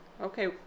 okay